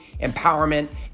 empowerment